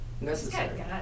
Necessary